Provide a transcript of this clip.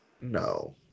No